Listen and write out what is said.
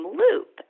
loop